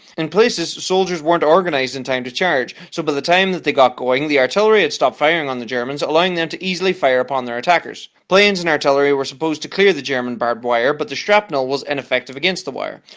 in places, soldiers weren't organized in time to charge so by but the time that they got going, the artillery had stopped firing on the germans, allowing them to easily fire upon their attackers. planes and artillery were supposed to clear the german barbed wire, but the shrapnel was ineffective against the wire.